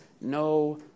no